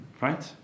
Right